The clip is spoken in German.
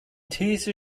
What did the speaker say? these